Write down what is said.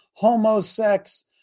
homosex